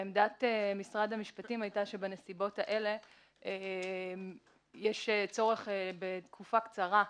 עמדת משרד המשפטים הייתה שבנסיבות האלה יש צורך בתקופה קצרה נוספת,